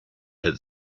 had